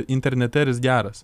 internete ar jis geras